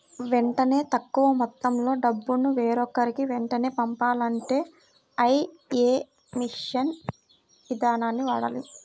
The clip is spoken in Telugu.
వెంటనే తక్కువ మొత్తంలో డబ్బును వేరొకరికి వెంటనే పంపాలంటే ఐఎమ్పీఎస్ ఇదానాన్ని వాడాలి